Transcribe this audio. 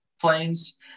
planes